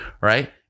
right